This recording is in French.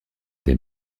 des